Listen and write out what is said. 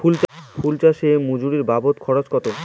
ফুল চাষে মজুরি বাবদ খরচ কত?